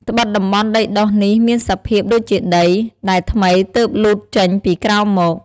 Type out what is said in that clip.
ត្បិតតំបន់ដីដុះនេះមានសភាពដូចជាដី ដែលថ្មីទើបលូតចេញពីក្រោមមក។